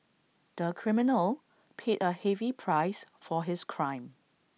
the criminal paid A heavy price for his crime